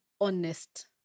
honest